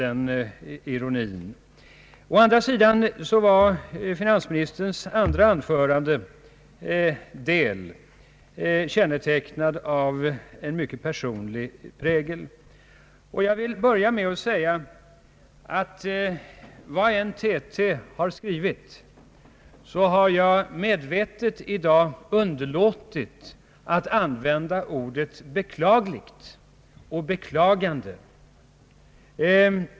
Men den andra delen av finansministerns anförande hade å andra sidan en mycket personlig prägel. Vad än TT har skrivit så har jag i dag medvetet underlåtit att använda orden beklagligt och beklagande.